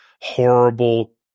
horrible